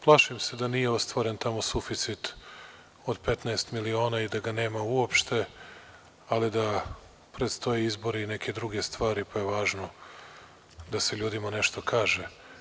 Plašim se da nije ostvaren tamo suficit od 15 miliona i da ga nema uopšte, ali da predstoje izbori i neke druge stvari, pa je važno da se ljudima nešto kaže.